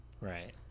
Right